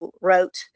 wrote